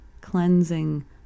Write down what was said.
cleansing